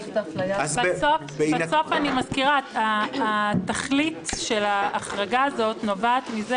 אני מזכירה שהתכלית של ההחרגה הזאת, נובעת מזה